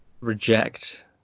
reject